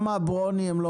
למה, ברוני, הנתונים האלה לא